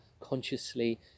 consciously